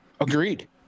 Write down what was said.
Agreed